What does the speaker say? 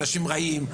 אנשים רעים,